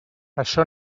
això